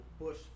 Bush